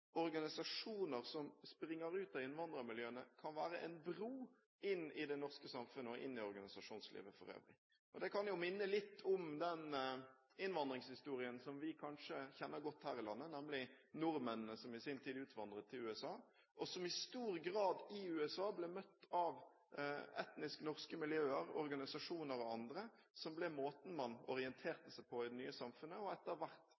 organisasjoner som springer ut av innvandrermiljøene, kan være en bro inn i det norske samfunnet og inn i organisasjonslivet for øvrig. Det kan jo minne litt om den innvandringshistorien som vi kjenner godt her i landet, nemlig nordmennene som i sin tid utvandret til USA, og som der i stor grad ble møtt av etnisk norske miljøer, organisasjoner og andre, som ble måten man orienterte seg på i det nye samfunnet – og etter